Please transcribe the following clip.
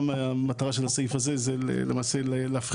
גם המטרה של הסעיף הזה היא למעשה להפחית